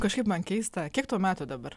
kažkaip man keista kiek tau metų dabar